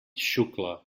xucla